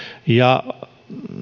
ja